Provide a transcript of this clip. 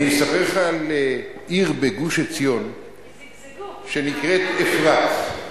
אני אספר לך על עיר בגוש-עציון שנקראת אפרת,